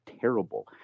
terrible